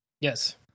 Yes